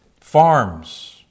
Farms